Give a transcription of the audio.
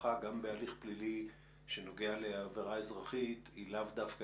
ומשפחה גם בהליך פלילי שנוגע לעבירה אזרחית לאו דווקא